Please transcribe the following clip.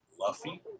Luffy